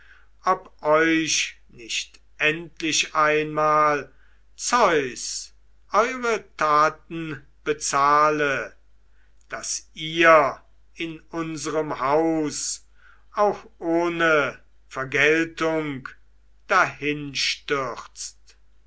ob euch nicht endlich einmal zeus eure taten bezahle daß ihr in unserm haus auch ohne vergeltung